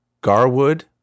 Garwood